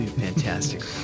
Fantastic